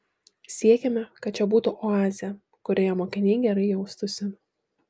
siekiame kad čia būtų oazė kurioje mokiniai gerai jaustųsi